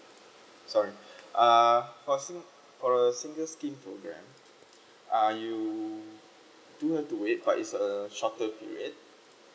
sorry uh for sing~ for a single scheme program are you do have to wait but it's a shorter period